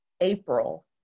April